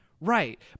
right